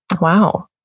wow